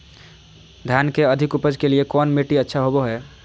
धान के अधिक उपज के लिऐ कौन मट्टी अच्छा होबो है?